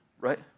right